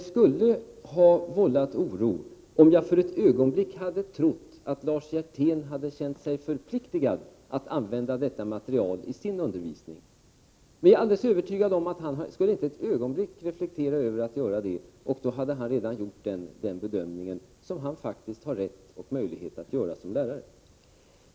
skulle ha vållat oro hos mig, om jag för ett ögonblick hade trott att Lars Hjertén känt sig förpliktigad att använda detta material i sin undervisning. Men jag är alldeles övertygad om att han inte för ett ögonblick skulle reflektera över att göra det. Han har därmed redan gjort den bedömning som han som lärare faktiskt har rätt och möjlighet att göra.